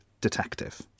detective